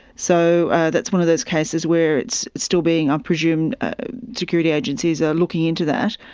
so that's one of those cases where it's still being, i presume security agencies are looking into that,